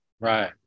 Right